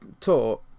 taught